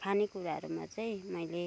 खाने कुराहरूमा चाहिँ मैले